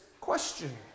question